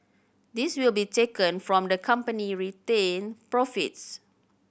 this will be taken from the company retained profits